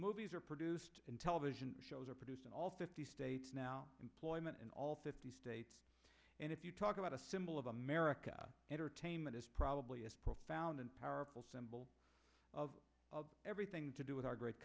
movies are produced in television shows are produced in all fifty states now employment in all fifty states and if you talk about a symbol of america entertainment is probably a profound and powerful symbol of everything to do with our great